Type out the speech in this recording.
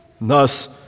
Thus